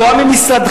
תואם עם משרדך,